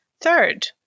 Third